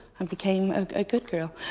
um became a good girl.